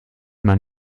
man